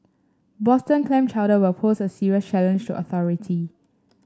Boston clam chowder will pose a serious challenge to authority